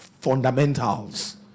fundamentals